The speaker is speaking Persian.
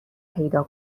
پیدا